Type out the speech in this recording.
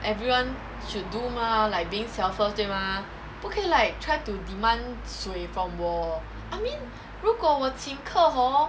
everyone should do mah like being selfless 对吗不可以 like try to demand 水 from 我 I mean 如果我请客 hor